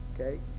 Okay